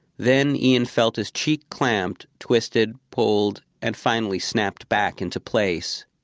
then ian felt his cheek clamped, twisted, pulled, and finally snapped back into place.